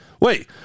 wait